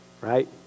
right